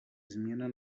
změna